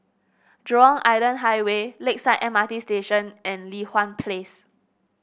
Jurong Island Highway Lakeside M R T Station and Li Hwan Place